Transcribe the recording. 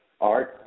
Art